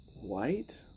white